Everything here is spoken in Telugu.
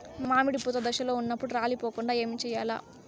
మామిడి పూత దశలో ఉన్నప్పుడు రాలిపోకుండ ఏమిచేయాల్ల?